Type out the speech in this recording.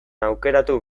aukeratu